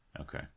Okay